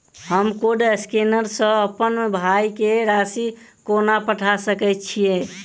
हम code scanner सँ अप्पन भाय केँ राशि कोना पठा सकैत छियैन?